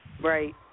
Right